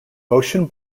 motion